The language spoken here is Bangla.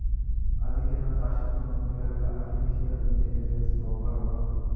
আজিকেনা চাষের তন্ন মেলাগিলা আর্টিফিশিয়াল ইন্টেলিজেন্স ব্যবহার করং হই